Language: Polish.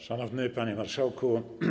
Szanowny Panie Marszałku!